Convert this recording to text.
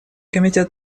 комитет